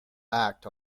act